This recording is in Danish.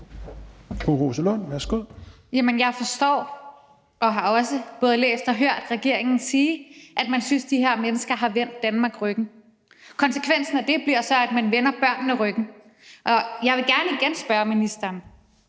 jeg forstår og har også både læst og hørt regeringen sige, at man synes, at de her mennesker har vendt Danmark ryggen. Konsekvensen af det bliver så, at man vender børnene ryggen. Jeg vil gerne igen spørge ministeren,